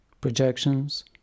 projections